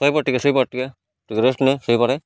ଶୋଇ ପଡ଼େ ଟିକେ ଶୋଇ ପଡ଼େ ଟିକେ ଟିକେ ରେଷ୍ଟ ନେ ଶୋଇ ପଡ଼େ